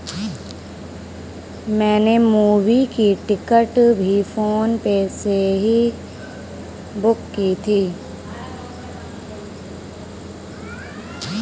मैंने मूवी की टिकट भी फोन पे से ही बुक की थी